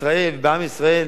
אפשר יהיה לבחון ולבדוק,